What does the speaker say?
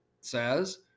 says